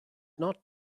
not